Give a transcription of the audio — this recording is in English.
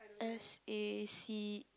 s_a_c